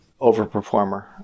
overperformer